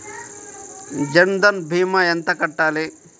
జన్ధన్ భీమా ఎంత కట్టాలి?